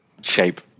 shape